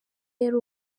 yari